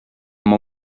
mou